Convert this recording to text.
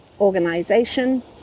organization